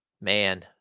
Man